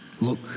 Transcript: Look